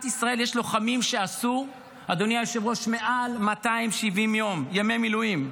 במדינת ישראל יש לוחמים שעשו מעל 270 ימי מילואים,